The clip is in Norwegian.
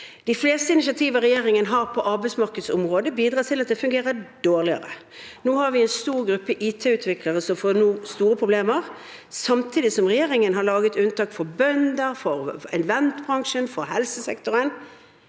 De fleste initiativer regjeringen har på arbeidsmarkedsområdet, bidrar til at det fungerer dårligere. Vi har en stor gruppe IT-utviklere som nå får store problemer, samtidig som regjeringen har laget unntak for bønder, for eventbransjen og for helsesektoren.